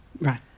Right